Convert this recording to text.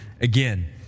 again